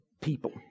people